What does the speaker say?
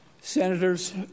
Senators